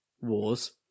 wars